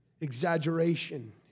Exaggeration